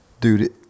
Dude